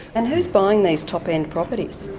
and who's buying these top-end properties?